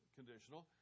conditional